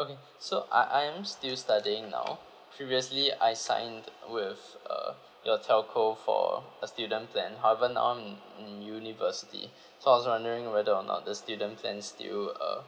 okay so I I am still studying now previously I signed with uh your telco for a student plan however now I'm n~ in university so I was wondering whether or not the student plans still uh